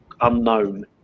unknown